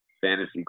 fantasy